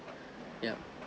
yup